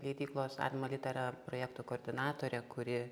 leidyklos alma litera projekto koordinatorė kuri